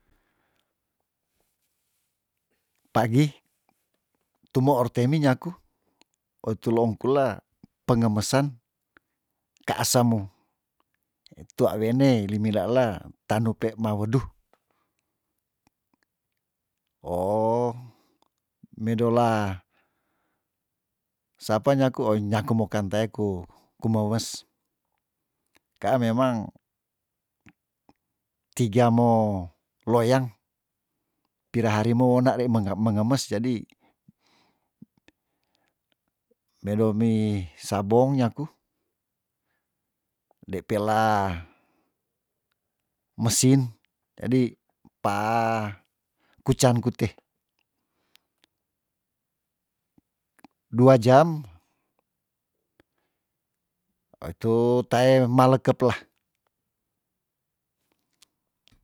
Pagi tumoor temi nyaku oh tuloong kula pengemesan kaasamu itu wawene limila ela tanu pe maweduh oh medola sapa nyaku oin nyaku mo kean te eku kumewes kaa memang tiga mo loyang pira hari mo wena lei menga mengemes jadi medomi sabong nyaku ndei peila mesin jadi paa kucaan kute dua jam oh itu tae malekep lah